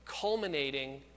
culminating